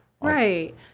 Right